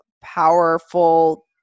powerful